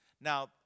Now